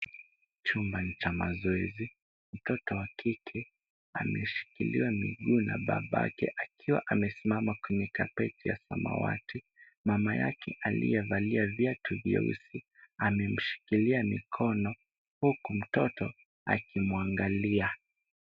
Chumba ni cha mazoezi. Mtoto wa kike ameshikiliwa miguu na babake, akiwa amesimama kwenye kapeti ya samawati. Mama yake aliyevalia viatu vyeusi amemshikilia mkono huku mtoto akimuangalia.